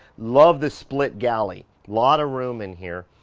love the split galley, lot of room in here.